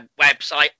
website